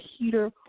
Peter